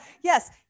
Yes